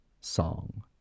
song